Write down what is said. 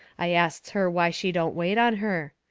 i asts her why she don't wait on her.